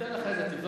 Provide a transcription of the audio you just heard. תבוא לפה ותתנצל.